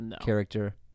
character